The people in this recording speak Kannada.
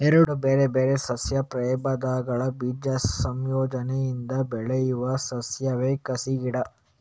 ಎರಡು ಬೇರೆ ಬೇರೆ ಸಸ್ಯ ಪ್ರಭೇದಗಳ ಬೀಜ ಸಂಯೋಜನೆಯಿಂದ ಬೆಳೆಯುವ ಸಸ್ಯವೇ ಕಸಿ ಗಿಡ